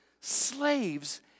slaves